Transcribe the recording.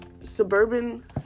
suburban